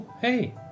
Hey